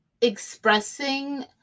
expressing